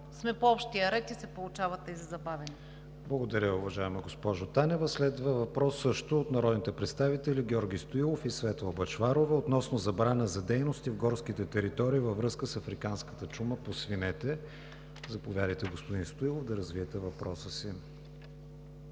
сме по общия ред и се получават тези забавяния. ПРЕДСЕДАТЕЛ КРИСТИАН ВИГЕНИН: Благодаря, уважаема госпожо Танева. Следва въпрос също от народните представители Георги Стоилов и Светла Бъчварова относно забрана за дейности в горските територии във връзка с африканската чума по свинете. Заповядайте, господин Стоилов, да развиете въпроса си.